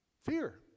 Fear